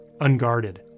unguarded